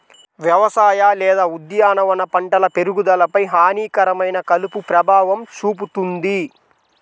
వ్యవసాయ లేదా ఉద్యానవన పంటల పెరుగుదలపై హానికరమైన కలుపు ప్రభావం చూపుతుంది